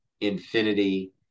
infinity